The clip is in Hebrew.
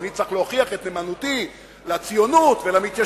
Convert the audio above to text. שאני צריך להוכיח את נאמנותי לציונות ולמתיישבים,